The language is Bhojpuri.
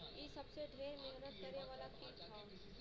इ सबसे ढेर मेहनत करे वाला कीट हौ